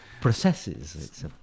processes